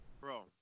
Bro